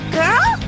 girl